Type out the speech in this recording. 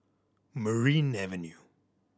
Merryn Avenue